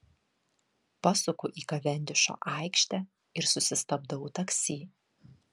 pasuku į kavendišo aikštę ir susistabdau taksi